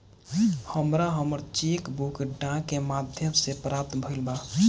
हमरा हमर cheque book डाक के माध्यम से प्राप्त भईल बा